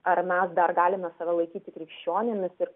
ar mes dar galime save laikyti krikščionimis ir